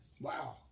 wow